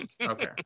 Okay